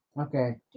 Okay